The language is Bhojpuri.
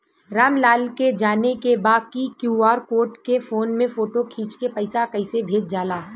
राम लाल के जाने के बा की क्यू.आर कोड के फोन में फोटो खींच के पैसा कैसे भेजे जाला?